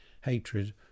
hatred